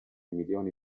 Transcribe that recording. milioni